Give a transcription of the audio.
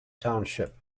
township